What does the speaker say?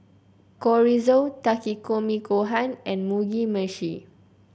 Chorizo Takikomi Gohan and Mugi Meshi